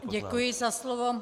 Děkuji za slovo.